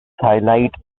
highlight